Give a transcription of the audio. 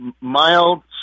mild